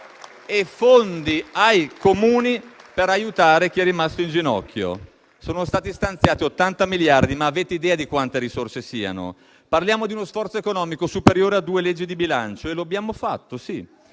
e fondi ai Comuni per aiutare chi è rimasto in ginocchio. Sono stati stanziati 80 miliardi. Avete idea di quante risorse siano? Parliamo di uno sforzo economico superiore a due leggi di bilancio e lo abbiamo fatto, sì,